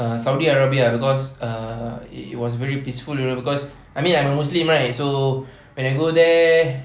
uh saudi arabia cause uh it was very peaceful you know cause I mean I'm a muslim right so when I go there